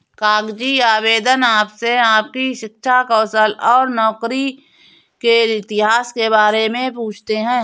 कागजी आवेदन आपसे आपकी शिक्षा, कौशल और नौकरी के इतिहास के बारे में पूछते है